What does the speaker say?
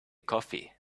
coffee